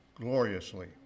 gloriously